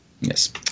Yes